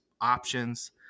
options